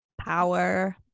power